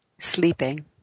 sleeping